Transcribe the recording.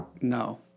No